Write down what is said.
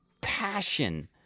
passion